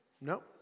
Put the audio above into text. No